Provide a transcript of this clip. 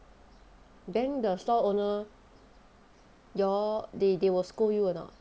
then the store owner you all they they will scold you or not